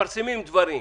מתפרסמים דברים.